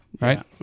Right